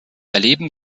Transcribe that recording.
erleben